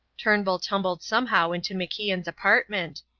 turnbull tumbled somehow into macian's apartment,